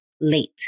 Late